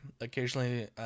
Occasionally